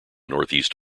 northeast